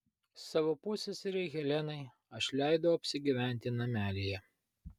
savo pusseserei helenai aš leidau apsigyventi namelyje